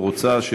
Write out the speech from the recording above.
או רוצה,